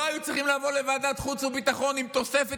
לא היו צריכים לבוא לוועדת חוץ וביטחון עם תוספת